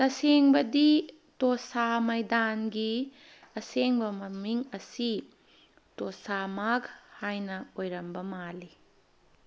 ꯇꯁꯦꯡꯕꯗꯤ ꯇꯣꯁꯥ ꯃꯥꯏꯗꯥꯟꯒꯤ ꯑꯁꯦꯡꯕ ꯃꯃꯤꯡ ꯑꯁꯤ ꯇꯣꯁꯥ ꯃꯥꯛ ꯍꯥꯏꯅ ꯑꯣꯏꯔꯝꯕ ꯃꯥꯜꯂꯤ